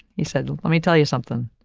he said, let me tell you something.